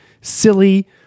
silly